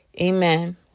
amen